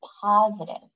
positive